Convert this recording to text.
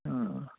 ہاں